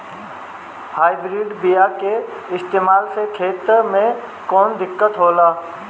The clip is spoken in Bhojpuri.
हाइब्रिड बीया के इस्तेमाल से खेत में कौन दिकत होलाऽ?